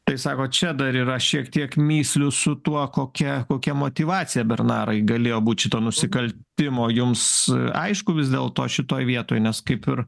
tai sakot čia dar yra šiek tiek mįslių su tuo kokia kokia motyvacija bernarai galėjo būt šito nusikaltimo jums aišku vis dėl to šitoj vietoj nes kaip ir